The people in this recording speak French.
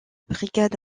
brigade